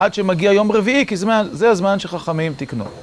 עד שמגיע יום רביעי, כי זה הזמן שחכמים תקנו.